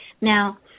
Now